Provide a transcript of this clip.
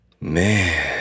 man